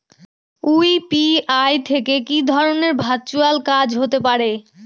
UPI থেকে কি ধরণের ভার্চুয়াল কাজ হতে পারে?